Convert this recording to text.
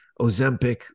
Ozempic